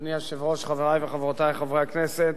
אדוני היושב-ראש, חברי וחברותי חברי הכנסת,